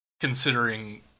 considering